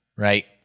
Right